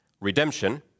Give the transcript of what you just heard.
Redemption